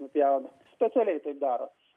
nupjauna specialiai taip daro